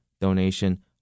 donation